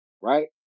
right